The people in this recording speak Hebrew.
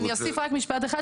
אני אוסיף רק משפט אחד,